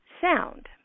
sound